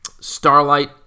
Starlight